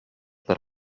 per